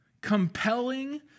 compelling